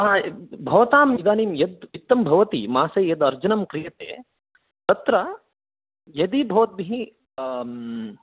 हा भवतां इदानीं यद्वित्तं भवति मासे यदार्जनं क्रियते तत्र यदि भवद्भिः